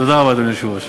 תודה רבה, אדוני היושב-ראש.